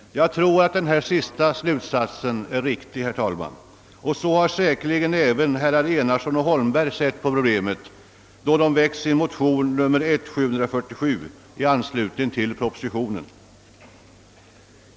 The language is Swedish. Jag tror att denna slutsats är riktig, herr talman. Så har säkerligen även herrar Enarsson och Holmberg sett på problemet, då de i anslutning till propositionen väckt sin motion nr 747 i första kammaren.